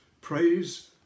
Praise